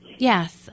Yes